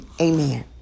amen